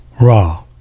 raw